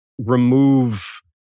remove